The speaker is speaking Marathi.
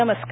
नमस्कार